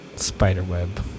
Spiderweb